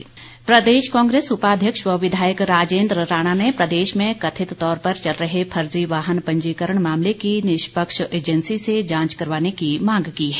राजेन्द्र राणा प्रदेश कांग्रेस उपाध्यक्ष व विधायक राजेन्द्र राणा ने प्रदेश में कथित तौर पर चल रहे फर्जी वाहन पंजीकरण मामले की निष्पक्ष एजेंसी से जांच करवाने की मांग की है